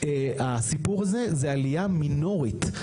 הסיפור הזה זה עלייה מינורית.